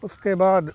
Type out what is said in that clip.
उसके बाद